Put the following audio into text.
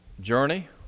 journey